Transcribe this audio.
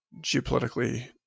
geopolitically